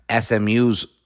SMU's